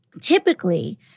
typically